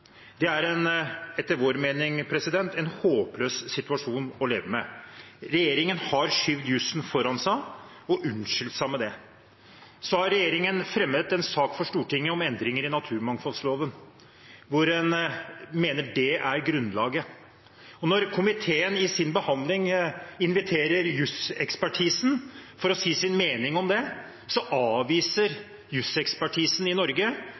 Det er – etter vår mening – en håpløs situasjon å leve med. Regjeringen har skjøvet jusen foran seg og unnskyldt seg med det. Så har regjeringen fremmet en sak for Stortinget om endringer i naturmangfoldloven, hvor en mener det er grunnlaget. Når komiteen i sin behandling inviterer jusekspertisen til å si sin mening, avviser jusekspertisen i Norge